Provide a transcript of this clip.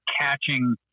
catching